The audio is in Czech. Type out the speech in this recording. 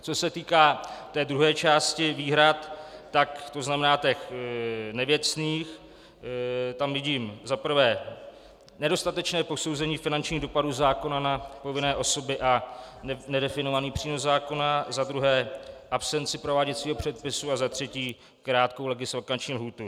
Co se týká té druhé části výhrad, tzn. nevěcných, tam vidím za prvé nedostatečné posouzení finančních dopadů zákona na povinné osoby a nedefinovaný přínos zákona, za druhé absenci prováděcího předpisu a za třetí krátkou legisvakanční lhůtu.